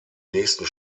nächsten